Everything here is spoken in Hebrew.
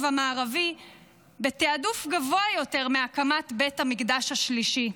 המערבי בתיעדוף גבוה יותר מהקמת בית המקדש השלישי,